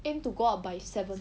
aim to go out by seven